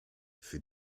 für